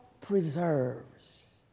preserves